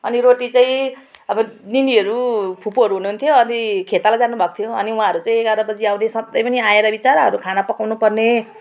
अनि रोटी चाहिँ अब निनीहरू फुपूहरू हुनुहुन्थ्यो अनि खेताला जानुभएको थियो अनि उहाँहरू चाहिँ एघार बजी आउँदैछ त्यही पनि आएर विचराहरू खाना पकाउनुपर्ने